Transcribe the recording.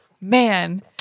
Man